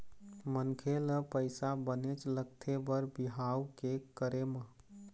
मनखे ल पइसा बनेच लगथे बर बिहाव के करे म